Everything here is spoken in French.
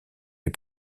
les